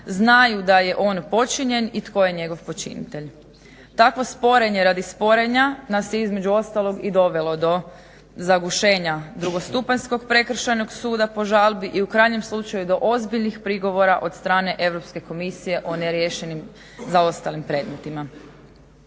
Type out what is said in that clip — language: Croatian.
znaju da je on počinjen i tko je njegov počinitelj. Takvo sporenje radi sporenja nas je između ostalog i dovelo do zagušenja drugostupanjskog prekršajnog suda po žalbi i u krajnjem slučaju do ozbiljnih prigovora od strane EU komisije o neriješenim zaostalim predmetima.